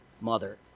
mother